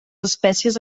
espècies